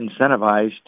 incentivized